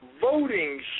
voting